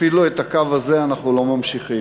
אפילו את הקו הזה אנחנו לא ממשיכים.